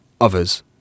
others